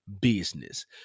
business